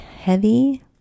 heavy